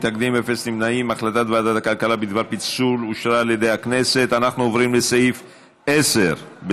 הצעת ועדת הכלכלה בדבר פיצול סעיף 9(24)